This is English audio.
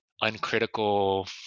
uncritical